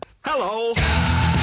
Hello